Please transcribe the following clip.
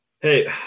Hey